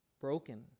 broken